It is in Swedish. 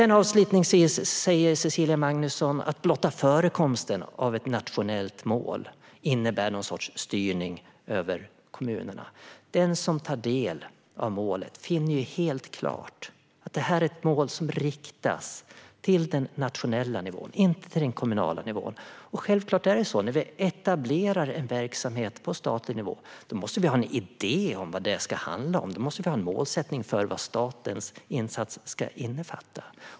Avslutningsvis säger Cecilia Magnusson att blotta förekomsten av ett nationellt mål innebär någon sorts styrning över kommunerna. Den som tar del av målet finner det helt klart att detta är ett mål som riktas till den nationella nivån, inte den kommunala. Självfallet är det så att vi, när en verksamhet etableras på statlig nivå, måste ha en idé om vad den ska handla om och en målsättning för vad statens insats ska innefatta.